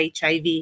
HIV